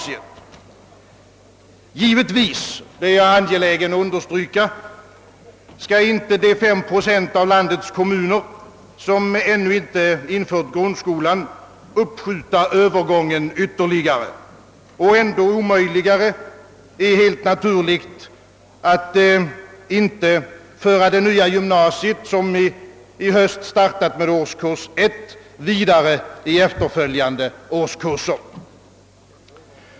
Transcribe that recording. Naturligtvis bör inte — det är jag angelägen att understryka — de fem procent av landets kommuner, som ännu inte infört grundskolan, ytterligare uppskjuta övergången. Ännu mindre kan man naturligtvis underlåta att föra det nya gymnasiet, som i höst startat med årskurs 1, vidare i de följande årskurserna.